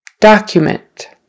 Document